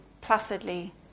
placidly